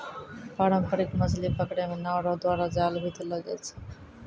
पारंपरिक मछली पकड़ै मे नांव रो द्वारा जाल भी देलो जाय छै